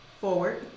forward